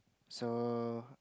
so